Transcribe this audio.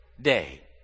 day